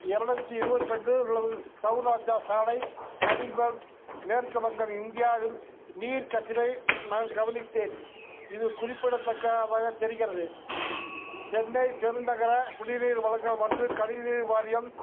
இரநூத்தி இருபத்தி ரெண்டு அல்லது சௌராஸ்தா சாலை கலிம்போங் மேற்கு வங்கம் இந்தியாவில் நீர் கசிவை நான் கவனித்தேன் இது குறிப்பிடத்தக்கதாகத் தெரிகிறது சென்னைப் பெருநகர குடிநீர் வழங்கல் மற்றும் கழிவுநீர் வாரியம்